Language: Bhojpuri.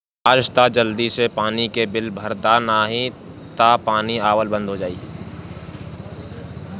आज तअ जल्दी से पानी के बिल भर दअ नाही तअ पानी आवल बंद हो जाई